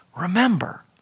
remember